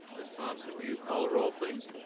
ms. thompson, will you call the roll, please?